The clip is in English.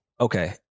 Okay